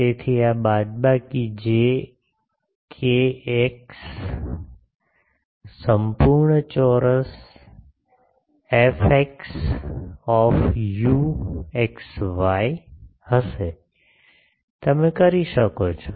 તેથી આ બાદબાકી જે કેએક્સ સંપૂર્ણ ચોરસ એફએક્સ યુ એક્સ વાય હશે તમે કરી શકો છો